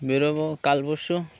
বের হবো কাল পরশু